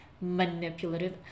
manipulative